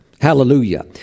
Hallelujah